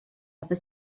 aber